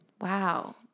Wow